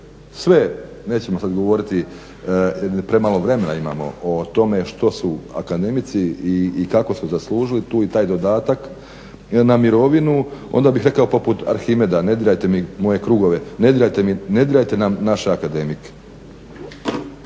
sve, nećemo sad govoriti jer premalo vremena imamo o tome što su akademici i kako su zaslužili taj dodatak na mirovinu onda bih rekao poput Arhimeda ne dirajte mi moje krugove, ne dirajte nam naše akademike.